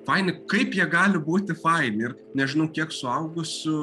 faini kaip jie gali būti faini ir nežinau kiek suaugusių